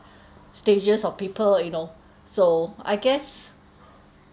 stages of people you know so I guess